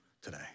today